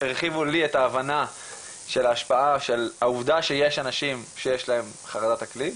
הרחיבו לי את ההבנה של ההשפעה של העובדה שיש אנשים שיש להם חרדת אקלים,